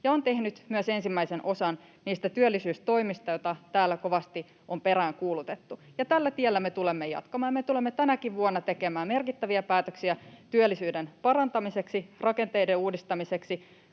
ja on tehnyt myös ensimmäisen osan niistä työllisyystoimista, joita täällä kovasti on peräänkuulutettu, ja tällä tiellä me tulemme jatkamaan. Me tulemme tänäkin vuonna tekemään merkittäviä päätöksiä työllisyyden parantamiseksi, rakenteiden uudistamiseksi,